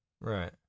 Right